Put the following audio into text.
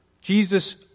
Jesus